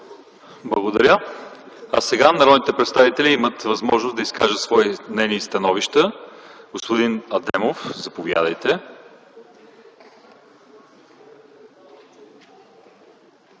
Благодаря. Сега народните представители имат възможност да изкажат свои мнения и становища. Господин Адемов, заповядайте.